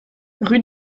rue